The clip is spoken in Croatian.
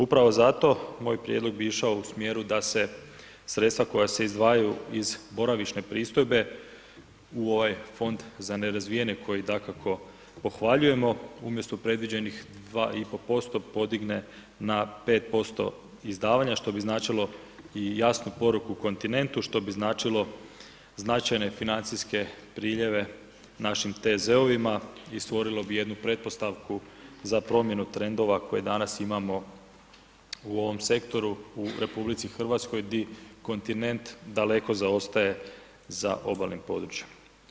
Upravo zato moj prijedlog bi išao u smjeru da se sredstva koja se izdvajaju iz boravišne pristojbe u ovaj fond za nerazvijene koji dakako pohvaljujemo, umjesto predviđenih 2,5% izdavanja što bi značilo i jasnu poruku kontinentu, što bi značilo financijske priljeve našem TZ-ovima i stvorilo bi jednu pretpostavku za promjenu trendova koje danas imamo u ovom sektoru u RH di kontinent daleko zaostaje za obalnim područjem.